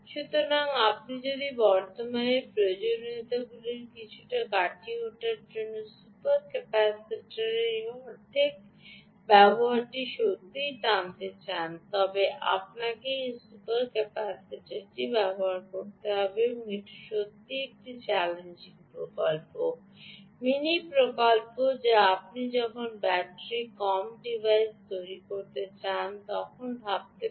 সুতরাং যদি আপনি বর্তমানের প্রয়োজনীয়তাগুলির কিছুটি কাটিয়ে ওঠার জন্য সুপার ক্যাপাসিটরের এই অর্ধেক ব্যবহারটি সত্যিই টানতে চান তবে আমরা একটি সুপার ক্যাপাসিটার ব্যবহার করেছি এবং এটি সত্যিই একটি চ্যালেঞ্জিং প্রকল্প মিনি প্রকল্প যা আপনি যখন ব্যাটারি কম ডিভাইস তৈরি করতে চান তখন ভাবতে পারেন